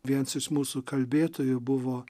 viens iš mūsų kalbėtojų buvo